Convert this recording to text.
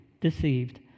deceived